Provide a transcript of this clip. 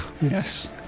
yes